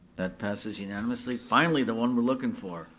that passes unanimously, finally the one we're looking for.